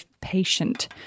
patient